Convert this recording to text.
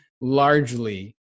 largely